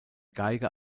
geiger